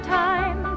time